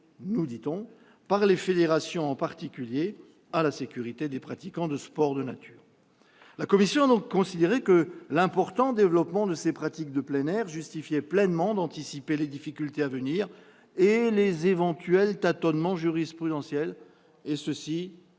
nous dit-on, par les fédérations, en particulier à la sécurité des pratiquants de sports de nature. La commission a donc considéré que l'important développement de ces pratiques de plein air justifiait pleinement d'anticiper les difficultés à venir et les éventuels tâtonnements jurisprudentiels par